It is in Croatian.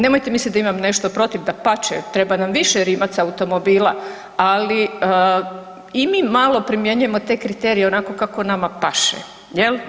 Nemojte misliti da imam nešto protiv, dapače, treba nam više Rimac automobila, ali i mi malo primjenjujemo te kriterije onako kako nama paše jel.